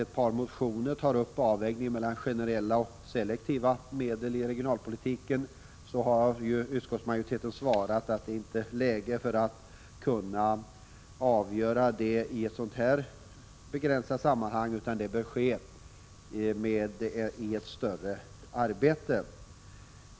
Eftersom i ett par motioner avvägningen mellan generella och selektiva medel i regionalpolitiken tas upp, har utskottsmajoriteten svarat att frågan inte kan avgöras i detta begränsande ärende. Det bör ske i ett större sammanhang.